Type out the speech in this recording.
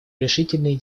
решительные